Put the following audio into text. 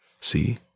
See